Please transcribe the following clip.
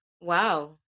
wow